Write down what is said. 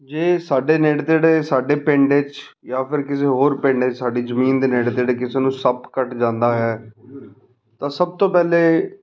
ਜੇ ਸਾਡੇ ਨੇੜੇ ਤੇੜੇ ਸਾਡੇ ਪਿੰਡ 'ਚ ਜਾਂ ਫਿਰ ਕਿਸੇ ਹੋਰ ਪਿੰਡ ਜਾਂ ਸਾਡੀ ਜ਼ਮੀਨ ਦੇ ਨੇੜੇ ਤੇੜੇ ਕਿਸੇ ਨੂੰ ਸੱਪ ਕੱਟ ਜਾਂਦਾ ਹੈ ਤਾਂ ਸਭ ਤੋਂ ਪਹਿਲੇ